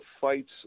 fights